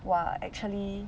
!wah! actually